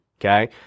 okay